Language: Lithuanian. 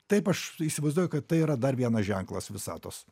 taip aš įsivaizduoju kad tai yra dar vienas ženklas visatos